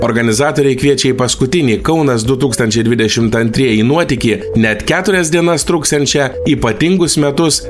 organizatoriai kviečia į paskutinį kaunas du tūkstančiai dvidešimt antrieji nuotykį net keturias dienas truksiančią ypatingus metus